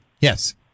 Yes